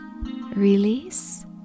release